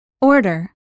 Order